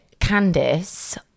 Candice